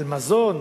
על מזון,